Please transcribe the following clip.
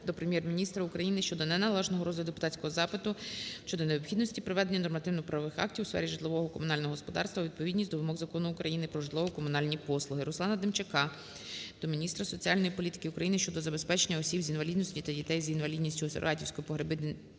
до Прем'єр-міністра України щодо неналежного розгляду депутатського запиту щодо необхідності приведення нормативно-правових актів у сфері житлово-комунального господарства у відповідність до вимог Закону України "Про житлово-комунальні послуги". РусланаДемчака до міністра соціальної політики України щодо забезпечення осіб з інвалідністю та дітей з інвалідністю Оратівського,